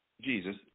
Jesus